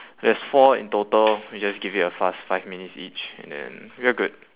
there's four in total we just give it a fast five minutes each and we're good